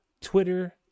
Twitter